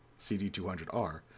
CD200R